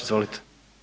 Izvolite.